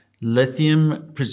Lithium